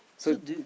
so